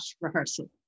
rehearsal